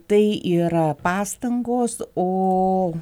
tai yra pastangos o